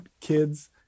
kids